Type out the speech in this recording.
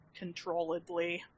controlledly